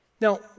Now